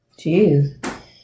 Jeez